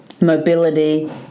mobility